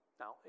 Now